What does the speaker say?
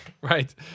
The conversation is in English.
Right